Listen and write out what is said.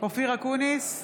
אופיר אקוניס,